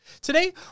Today